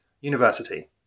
university